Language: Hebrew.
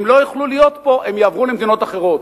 אם לא יוכלו להיות פה, הם יעברו למדינות אחרות.